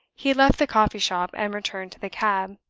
he left the coffee-shop and returned to the cab.